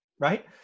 right